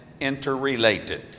interrelated